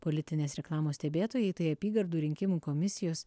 politinės reklamos stebėtojai tai apygardų rinkimų komisijos